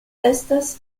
estas